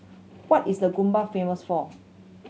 what is The famous for